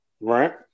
right